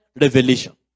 revelation